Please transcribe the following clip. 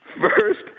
first